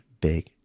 big